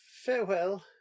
Farewell